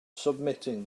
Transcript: submitting